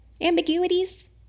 ambiguities